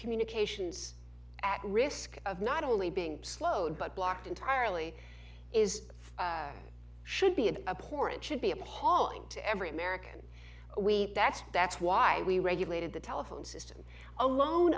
communications at risk of not only being slowed but blocked entirely is should be of a poor and should be appalling to every american we that's that's why we regulated the telephone system alone